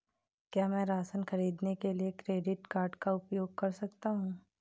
क्या मैं राशन खरीदने के लिए क्रेडिट कार्ड का उपयोग कर सकता हूँ?